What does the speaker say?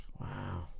Wow